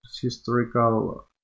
historical